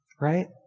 right